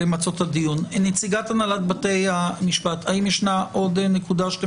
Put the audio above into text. נציגת הנהלת בתי המשפט, האם יש עוד נקודה?